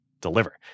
deliver